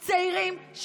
צעירים,